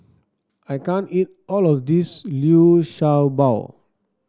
I can't eat all of this Liu Sha Bao